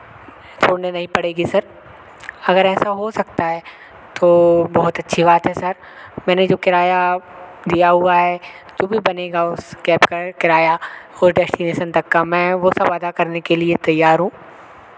छोड़ने नहीं पड़ेगी सर अगर ऐसा हो सकता है तो बहुत अच्छी बात है सर मैंने जो किराया दिया हुआ है जो भी बनेगा उस कैब का किराया उस डेस्टिनेशन तक का मैं सो सब वादा करने के लिए तैयार हूँ